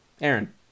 aaron